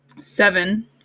Seven